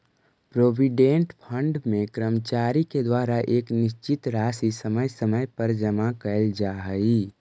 provident fund में कर्मचारि के द्वारा एक निश्चित राशि समय समय पर जमा कैल जा हई